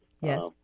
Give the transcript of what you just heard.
Yes